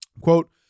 Quote